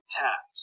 tax